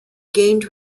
gained